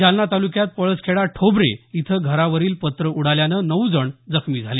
जालना तालुक्यात पळसखेडा ठोबरे इथं घरावरील पत्रं उडाल्यानं नऊ जण जखमी झाले